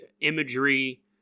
imagery